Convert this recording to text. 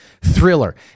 Thriller